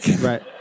Right